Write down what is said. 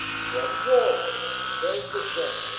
from george says the gent,